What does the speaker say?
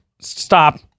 stop